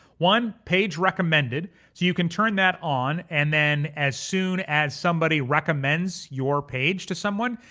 one, page recommended. so you can turn that on and then as soon as somebody recommends your page to someone,